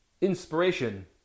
Inspiration